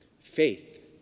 faith